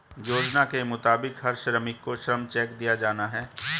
योजना के मुताबिक हर श्रमिक को श्रम चेक दिया जाना हैं